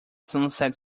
sunset